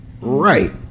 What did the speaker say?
right